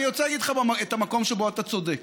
אני רוצה להגיד לך את המקום שבו אתה צודק.